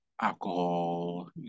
alcohol